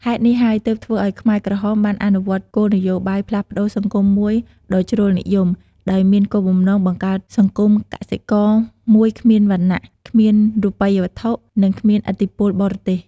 ហេតុនេះហើយទើបធ្វើឲ្យខ្មែរក្រហមបានអនុវត្តគោលនយោបាយផ្លាស់ប្ដូរសង្គមមួយដ៏ជ្រុលនិយម ដោយមានគោលបំណងបង្កើតសង្គមកសិករមួយគ្មានវណ្ណៈ គ្មានរូបិយវត្ថុ និងគ្មានឥទ្ធិពលបរទេស។